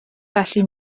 felly